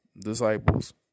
disciples